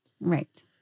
Right